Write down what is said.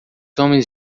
homens